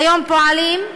כיום פועלים,